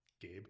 Gabe